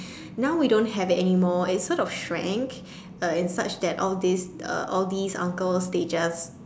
now we don't have it anymore it sort of shrank uh in such that all this uh all these uncles they just